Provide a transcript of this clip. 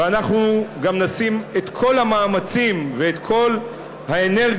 ואנחנו גם נשים את כל המאמצים ואת כל האנרגיות